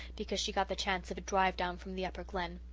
because she got the chance of a drive down from the upper glen.